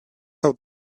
out